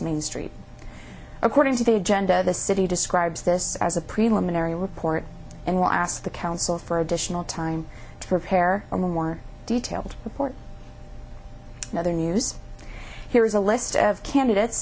main street according to the agenda the city describes this as a preliminary report and will ask the council for additional time to prepare a more detailed report in other news here is a list of candidates